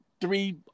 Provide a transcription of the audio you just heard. three